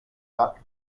watch